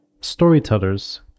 storytellers